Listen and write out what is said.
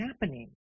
happening